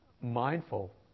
mindful